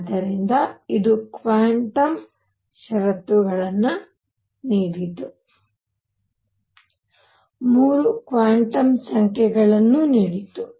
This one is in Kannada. ಆದ್ದರಿಂದ ಇದು ಕ್ವಾಂಟಮ್ ಷರತ್ತುಗಳನ್ನು ನೀಡಿತು 3 ಕ್ವಾಂಟಮ್ ಸಂಖ್ಯೆಗಳನ್ನು ನೀಡಿತು